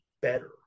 better